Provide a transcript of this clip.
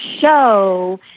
show